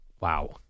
Wow